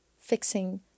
fixing